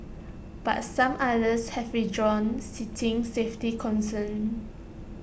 but some others have withdrawn citing safety concerns